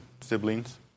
siblings